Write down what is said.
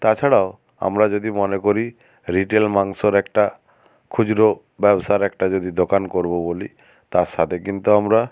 তাছাড়াও আমরা যদি মনে করি রিটেল মাংসর একটা খুচরো ব্যবসার একটা যদি দোকান করবো বলি তার সাথে কিন্তু আমরা